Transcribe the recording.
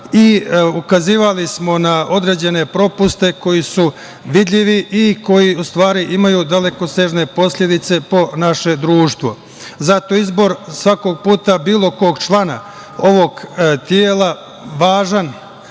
i ukazivali smo na određene propuste koji su vidljivi i koji u stvari imaju dalekosežne posledice po naše društvo. Zato izbor svakog puta bilo kog člana ovog tela je važan